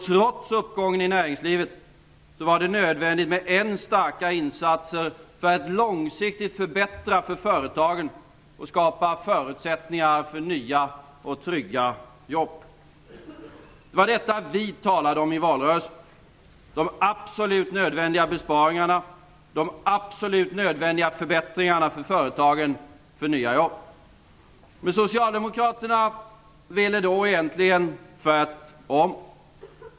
Trots uppgången i näringslivet var det nödvändigt med än starkare insatser för att långsiktigt förbättra för företagen och skapa förutsättningar för nya och trygga jobb. Det var detta vi moderater talade om i valrörelsen, dvs. de absolut nödvändiga besparingarna, de absolut nödvändiga förbättringarna för företagen för att skapa nya jobb. Men Socialdemokraterna ville egentligen göra tvärtom.